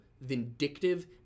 vindictive